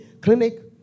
clinic